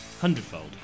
Hundredfold